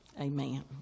Amen